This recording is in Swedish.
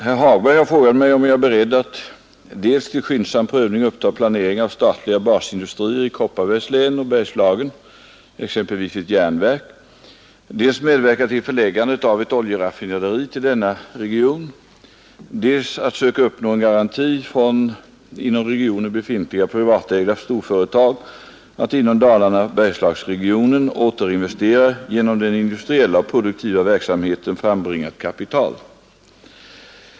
Herr Hagberg har frågat mig om jag är beredd att dels till skyndsam prövning uppta planering av statliga basindustrier i Kopparbergs län och Bergslagen, exempelvis ett järnverk, dels medverka till förläggandet av ett oljeraffinaderi till denna region, dels att söka uppnå en garanti från inom regionen befintliga privatägda storföretag, att inom Dalarna—Bergslagsregionen återinvestera genom den industriella och produktiva verksamheten frambringat kapital.